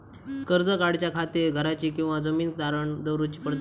कर्ज काढच्या खातीर घराची किंवा जमीन तारण दवरूची पडतली?